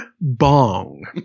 Bong